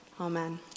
Amen